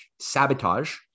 sabotage